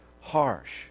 harsh